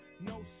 no